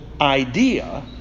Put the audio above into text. idea